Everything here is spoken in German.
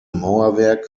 mauerwerk